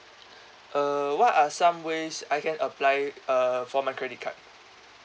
uh what are some ways I can apply uh for my credit card